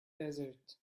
desert